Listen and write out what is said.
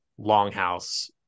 longhouse